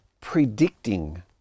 predicting